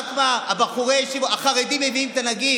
רק מה, החרדים מביאים את הנגיף.